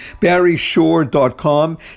BarryShore.com